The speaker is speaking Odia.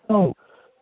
ହଉ